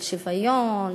של שוויון,